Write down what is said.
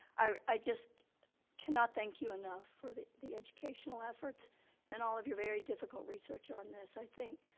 i i just cannot thank you enough for the the educational efforts and all of your very difficult research on this. i think,